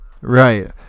Right